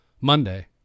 Monday